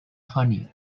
honey